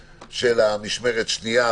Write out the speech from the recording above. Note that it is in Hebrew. משטרת ישראל מגיעה אלינו,